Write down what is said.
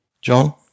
John